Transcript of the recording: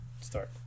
start